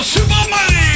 Superman